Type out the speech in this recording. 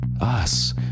Us